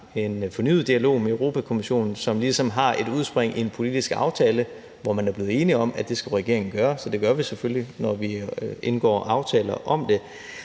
en fornyet dialog i gang med Europa-Kommissionen, som ligesom har et udspring i en politisk aftale, hvor man er blevet enige om, at det skal regeringen gøre, så det gør vi selvfølgelig, når vi indgår aftaler om det.